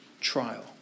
trial